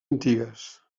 antigues